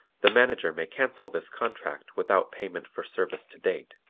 the manager may cancel this contract without payment for service to date.